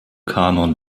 kanon